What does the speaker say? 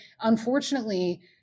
unfortunately